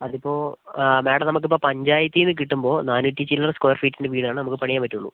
അത് ഇപ്പോൾ മാഡം നമുക്ക് ഇപ്പോൾ പഞ്ചായത്തിൽ നിന്ന് കിട്ടുമ്പോൾ നാനൂറ്റി ചില്ലറ സ്ക്വയർ ഫീറ്റിൻ്റെ വീട് ആണ് നമുക്ക് പണിയാൻ പറ്റുള്ളൂ